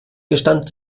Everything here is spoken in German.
gestand